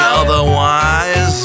otherwise